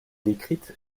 décrite